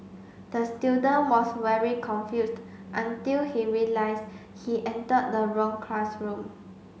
the student was very confused until he realised he entered the wrong classroom